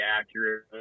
accurate